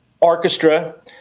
orchestra